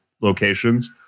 locations